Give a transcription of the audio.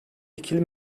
ikili